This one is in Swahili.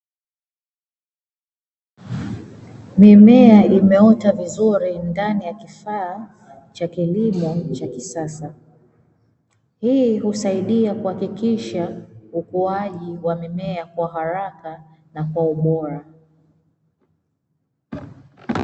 Mimea imeota vizuri ndani ya kifaa cha kilimo cha kisasa. Hii husaidia kuhakikisha ukuaji wa mimea kwa haraka na kwa ubora.